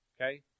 Okay